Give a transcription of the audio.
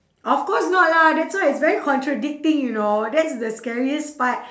of course not lah that's why it's very contradicting you know that's the scariest part